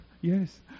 yes